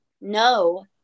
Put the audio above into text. no